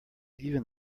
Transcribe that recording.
even